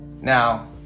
Now